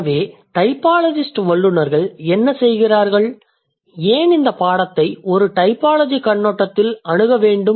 எனவே டைபாலஜிஸ்ட் வல்லுநர்கள் என்ன செய்கிறார்கள் ஏன் இந்த பாடத்தை டைபாலஜி கண்ணோட்டத்தில் அணுக வேண்டும்